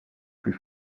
plus